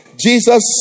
Jesus